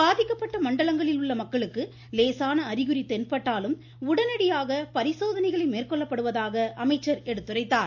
பாதிக்கப்பட்ட மண்டலங்களில் உள்ள மக்களுக்கு லேசான அறிகுறி தென்பட்டாலும் உடனடியாக பரிசோதனைகள் மேற்கொள்ளப்படுவதாக அமைச்சர் தெரிவித்தார்